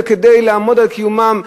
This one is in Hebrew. וכדי לעמוד על קיומם.